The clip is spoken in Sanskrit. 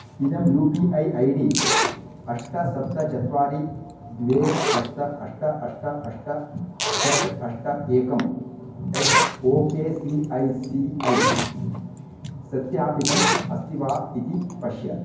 इदं U P I I D अष्ट सप्त चत्वारि द्वे सप्त अष्ट अष्ट अष्ट षट् अष्ट एकम् at O K C I C I सत्यापितम् अस्ति वा इति पश्य